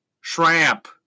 Shrimp